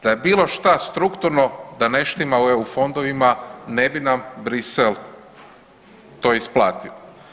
Da je bilo šta strukturno da ne štima u EU fondovima ne bi nam Brisel to isplatio.